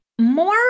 more